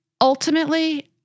ultimately